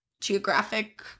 geographic